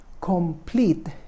complete